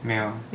没有